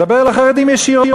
לדבר אל החרדים ישירות.